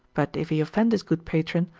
but if he offend his good patron,